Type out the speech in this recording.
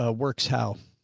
ah works, how